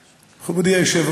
השר,